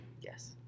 Yes